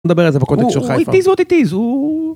מדבר על זה בקונטקסט של חיפה. הוא it is what it is, הוא!